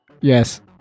Yes